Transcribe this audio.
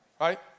right